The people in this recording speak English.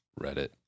Reddit